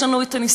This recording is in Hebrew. יש לנו הניסיון,